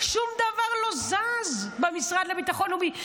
שום דבר לא זז במשרד לביטחון לאומי.